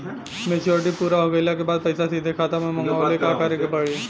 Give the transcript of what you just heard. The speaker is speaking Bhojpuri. मेचूरिटि पूरा हो गइला के बाद पईसा सीधे खाता में मँगवाए ला का करे के पड़ी?